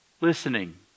listening